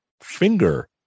finger